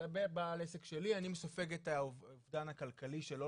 זה עסק שלי אני סופג את אובדן הכלכלי שלא